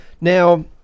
Now